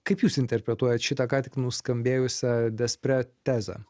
kaip jūs interpretuojat šitą ką tik nuskambėjusią despre tezę